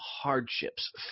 hardships